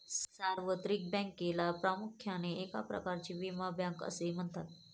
सार्वत्रिक बँकेला प्रामुख्याने एक प्रकारची विमा बँक असे म्हणतात